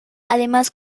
además